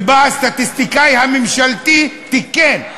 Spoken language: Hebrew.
ובא הסטטיסטיקאי הממשלתי ותיקן.